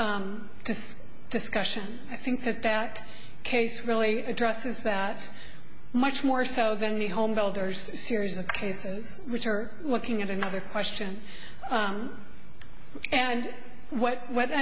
just discussion i think that that case really addresses that much more so than the homebuilders series of cases which are looking at another question and what w